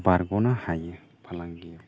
बारग'नो हायो फालांगियाव